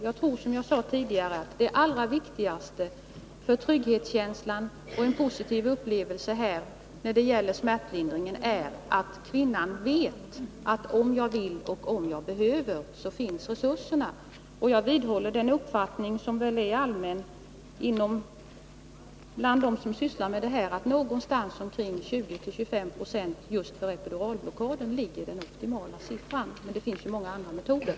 Jag tror, som jag sade tidigare, att det allra viktigaste för trygghetskänslan och en positiv upplevelse när det gäller smärtlindring är att kvinnan vet att resurser för denna finns om hon önskar och om hon behöver den. Jag vidhåller den uppfattning som är allmän bland dem som sysslar med denna fråga att den optimala siffran för just epiduralblockaden ligger någonstans mellan 20 och 25 Jo. Men det finns många andra metoder.